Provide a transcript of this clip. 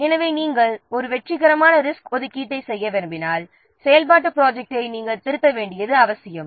எனவே நாம் ஒரு வெற்றிகரமான ரிசோர்ஸ் ஒதுக்கீட்டை செய்ய விரும்பினால் செயல்பாட்டுத் ப்ராஜெக்ட்டை நாம் திருத்த வேண்டியது அவசியம்